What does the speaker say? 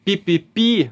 py py py